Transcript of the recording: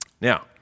Now